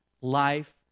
life